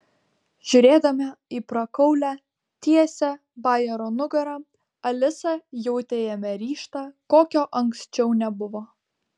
žiūrėdama į prakaulią tiesią bajaro nugarą alisa jautė jame ryžtą kokio anksčiau nebuvo